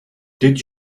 did